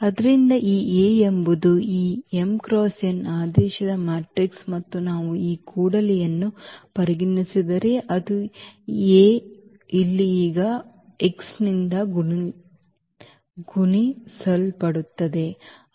ಆದ್ದರಿಂದ ಈ A ಎಂಬುದು ಈ m × n ನ ಆದೇಶದ ಮ್ಯಾಟ್ರಿಕ್ಸ್ ಮತ್ತು ನಾವು ಈ ಕೊಡಲಿಯನ್ನು ಪರಿಗಣಿಸಿದರೆ ಅಂದರೆ ಈ A ಇಲ್ಲಿ ಈಗ ಈ x ನಿಂದ ಗುಣಿಸಲ್ಪಡುತ್ತದೆ